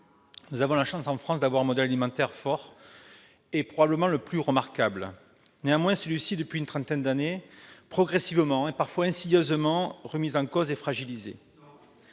nous avons la chance, en France, d'avoir un modèle alimentaire fort, probablement le plus remarquable qui soit. Néanmoins, depuis une trentaine d'années, progressivement, parfois insidieusement, ce modèle est remis en cause et fragilisé.